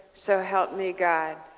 so help me god.